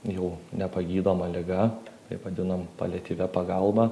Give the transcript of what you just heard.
jau nepagydoma liga tai vadinam paliatyvia pagalba